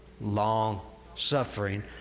Long-suffering